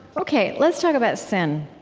ok, let's talk about sin.